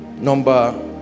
number